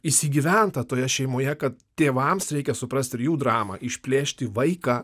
įsigyventa toje šeimoje kad tėvams reikia suprast ir jų dramą išplėšti vaiką